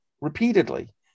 repeatedly